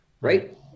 Right